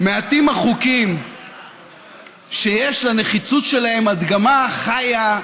מעטים החוקים שיש לנחיצות שלהם הדגמה חיה,